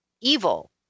evil